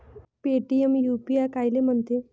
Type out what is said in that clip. Paytm UPI कायले म्हनते?